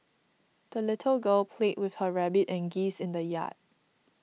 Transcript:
the little girl played with her rabbit and geese in the yard